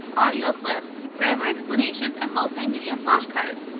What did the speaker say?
audio clips, grammar explanations and multi media flashcards.